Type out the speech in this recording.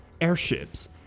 airships